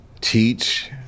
teach